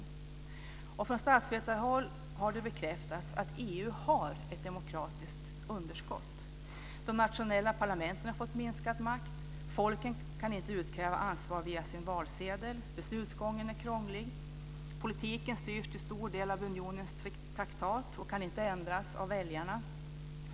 Från statsvetarhåll har det bekräftats att EU har ett demokratiskt underskott. De nationella parlamenten har fått minskad makt. Folken kan inte utkräva ansvar via sin valsedel. Beslutsgången är krånglig. Politiken styrs till stor del av unionens traktat och kan inte ändras av väljarna.